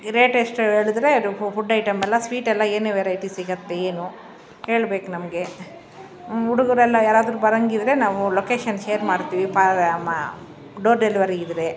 rate ಎಷ್ಟು ಹೇಳಿದ್ರೆ ಅದು ಫು ಫುಡ್ ಐಟಮೆಲ್ಲ ಸ್ವೀಟೆಲ್ಲ ಏನೇ ವೆರೈಟಿ ಸಿಗುತ್ತೆ ಏನು ಹೇಳ್ಬೇಕು ನಮಗೆ ಹುಡುಗರೆಲ್ಲ ಯಾರಾದರು ಬರೋಂಗಿದ್ರೆ ನಾವು ಲೊಕೇಶನ್ ಶೇರ್ ಮಾಡ್ತೀವಿ ಡೋರ್ ಡೆಲ್ವರಿ ಇದ್ದರೆ